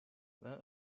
when